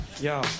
yo